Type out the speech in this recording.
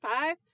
five